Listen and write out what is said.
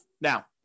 Now